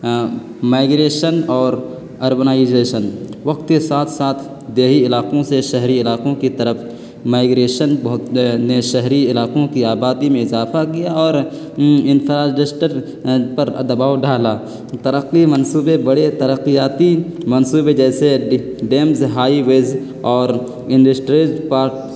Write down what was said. migration اور urbanization وقت کے ساتھ ساتھ دیہی علاقوں سے شہری علاقوں کی طرف مائیگریشن بہت نے شہری علاقوں کی آبادی میں اضافہ کیا اور انفرازڈسٹر پر دباؤ ڈالا ترقی منصوبے بڑے ترقیاتی منصوبے جیسے ڈیمز ہائی ویز اور انڈسٹریز پارک